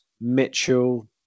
Mitchell